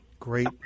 great